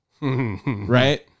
Right